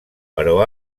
però